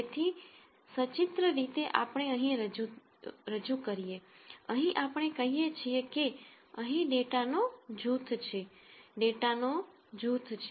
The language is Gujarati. તેથીસચિત્ર રીતે આપણે અહીં રજૂ કરીએ આપણે અહીં કહીએ છીએ કે અહીં ડેટાનો જૂથ છે ડેટા નો જૂથ છે